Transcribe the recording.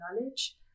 knowledge